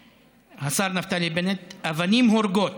השר נפתלי בנט: אבנים הורגות,